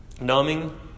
Numbing